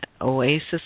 Oasis